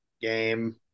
game